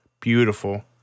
Beautiful